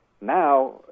Now